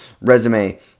resume